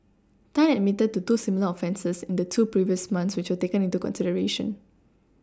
Tan admitted to two similar offences in the two previous months which were taken into consideration